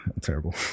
terrible